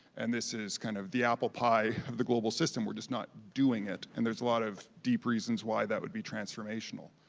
and this is kind of the apple pie of the global system. we're just not doing it, and there's a lot of deep reasons why that would be transformational.